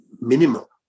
minimal